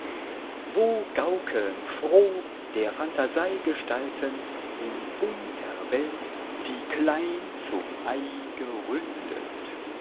wo gaukeln froh der phantasei gestalten in bunter welt die klein zum ei gerundet